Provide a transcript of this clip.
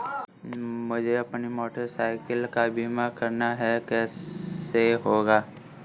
मुझे अपनी motorcycle का बीमा करना है कैसे होगा?